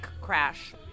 crash